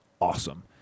awesome